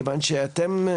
מכיון שאתם,